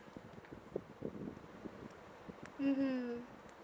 mmhmm